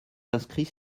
inscrits